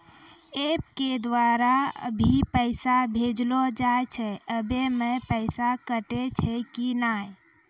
App के द्वारा भी पैसा भेजलो जाय छै आबै मे पैसा कटैय छै कि नैय?